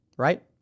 right